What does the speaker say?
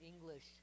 English